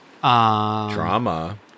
Drama